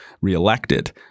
reelected